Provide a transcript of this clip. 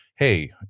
hey